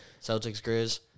Celtics-Grizz